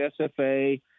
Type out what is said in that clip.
SFA